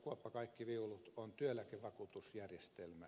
kuoppa kaikki viulut on työeläkevakuutusjärjestelmä